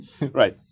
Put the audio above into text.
Right